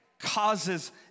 causes